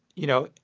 you know,